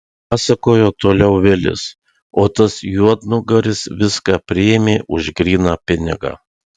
pasakojo toliau vilis o tas juodnugaris viską priėmė už gryną pinigą